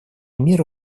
мир